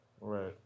Right